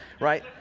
right